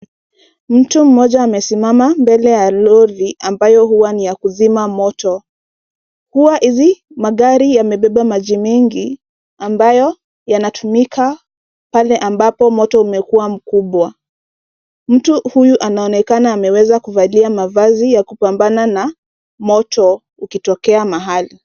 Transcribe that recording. Mtu mmoja amesimama mbele ya lori ambayo huwa ni ya kuzima moto. Huwari magari yamebeba maji mingi ambayo yanatumika pale ambapo moto umekua mkubwa. Mtu huyu anaonekana ameweza kuvalia mavazi ya kupambana na moto ukitokea mahali.